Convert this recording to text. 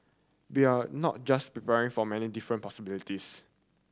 bell not just preparing for many different possibilities